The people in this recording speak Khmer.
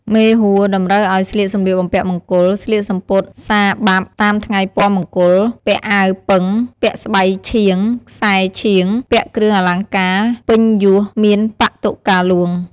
មេហួរ តម្រូវឱ្យស្លៀកសម្លៀកបំពាក់មង្គល ស្លៀកសំពត់សារបាប់តាមថ្ងៃពណ៌មង្គល ពាក់អាវពឹង ពាក់ស្បៃឆៀង ខ្សែរឆៀង ពាក់គ្រឿងអលង្ការពេញយស មានបាតុកាហ្លួង។